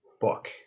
book